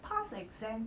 pass exam